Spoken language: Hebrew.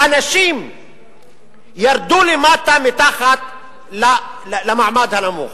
האנשים ירדו למטה, למעמד הנמוך.